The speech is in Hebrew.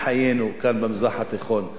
כל הכבוד לשופט אדמונד לוי,